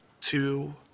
two